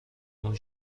اون